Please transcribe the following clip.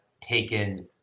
taken